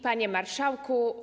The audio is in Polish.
Panie Marszałku!